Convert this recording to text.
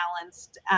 balanced